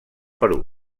perú